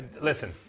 listen